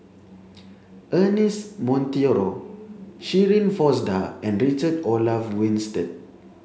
Ernest Monteiro Shirin Fozdar and Richard Olaf Winstedt